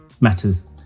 matters